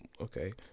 Okay